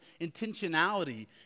intentionality